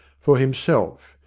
for himself,